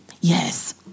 Yes